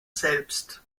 selbst